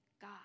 God